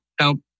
nope